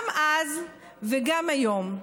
גם אז וגם היום.